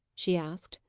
she asked.